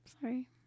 Sorry